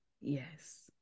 Yes